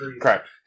Correct